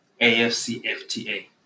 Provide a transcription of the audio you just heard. AFCFTA